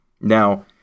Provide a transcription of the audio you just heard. Now